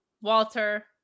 Walter